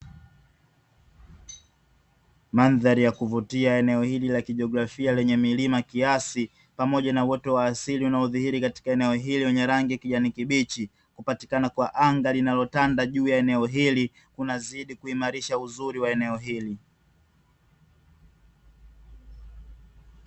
Mandhari ya kuvutia, eneo hili la kijografia lenye milima kiasi pamoja na uoto wa asili unaodhiri katika eneo hili wenye rangi ya kijani kibichi, kupatikana kwa anga linalotanda juu ya eneo hili kunazidi kuimarisha uzuri wa eneo hili.